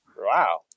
Wow